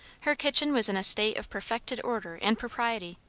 her kitchen was in a state of perfected order and propriety.